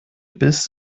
biss